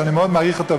שאני מאוד מעריך אותו,